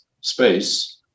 space